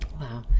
Wow